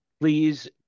please